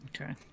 Okay